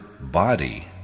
body